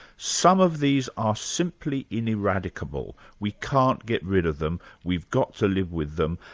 some of these are simply ineradicable, we can't get rid of them, we've got to live with them,